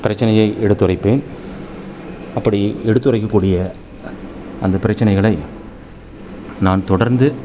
பிரச்சினையை எடுத்துரைப்பேன் அப்படி எடுத்துரைக்கக்கூடிய அந்த பிரச்சினைகளை நான் தொடர்ந்து